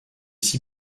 six